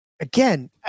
Again